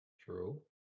True